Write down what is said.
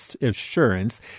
Assurance